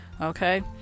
Okay